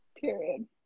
Period